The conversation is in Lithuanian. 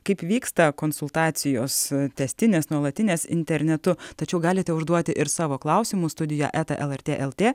kaip vyksta konsultacijos tęstinės nuolatinės internetu tačiau galite užduoti ir savo klausimus studija eta lrt lt